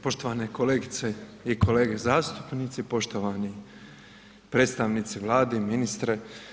Poštovane kolegice i kolege zastupnici, poštovani predstavnici Vlade i ministre.